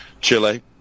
Chile